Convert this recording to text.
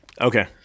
Okay